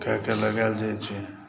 के लगायल जाइ छै